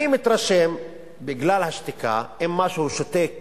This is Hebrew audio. אני מתרשם, בגלל השתיקה, אם משהו שותק